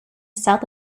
south